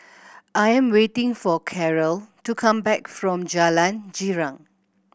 I'm waiting for Carole to come back from Jalan Girang